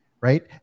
right